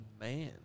man